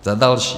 Za další.